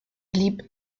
blieb